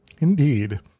Indeed